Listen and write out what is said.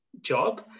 job